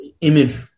image